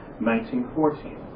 1914